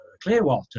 Clearwater